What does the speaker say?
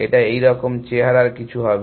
এটা এই রকম চেহারার কিছু হবে